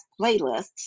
playlists